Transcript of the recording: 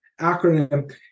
acronym